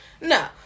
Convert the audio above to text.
No